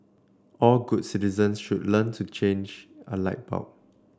all good citizens should learn to change a light bulb